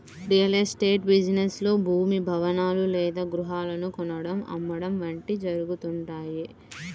real estate business లో భూమి, భవనాలు లేదా గృహాలను కొనడం, అమ్మడం వంటివి జరుగుతుంటాయి